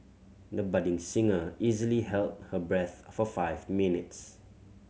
the budding singer easily held her breath for five minutes